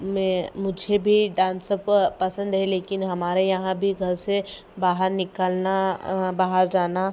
मैं मुझे भी डान्स पसन्द है लेकिन हमारे यहाँ भी घर से बाहर निकलना बाहर जाना